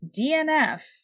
DNF